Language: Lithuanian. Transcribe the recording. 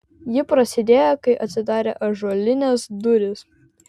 ji prasidėjo kai atsidarė ąžuolinės durys